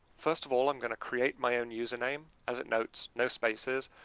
first of all, i'm going to create my own user name. as it notes, no spaces.